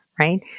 Right